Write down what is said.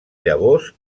llavors